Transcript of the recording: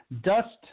Dust